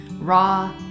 raw